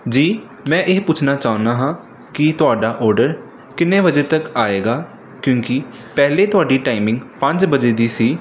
ਜੀ ਮੈਂ ਇਹ ਪੁੱਛਣਾ ਚਾਹੁੰਦਾ ਹਾਂ ਕਿ ਤੁਹਾਡਾ ਔਡਰ ਕਿੰਨੇ ਵਜੇ ਤੱਕ ਆਏਗਾ ਕਿਉਂਕਿ ਪਹਿਲੇ ਤੁਹਾਡੀ ਟਾਈਮਿੰਗ ਪੰਜ ਵਜੇ ਦੀ ਸੀ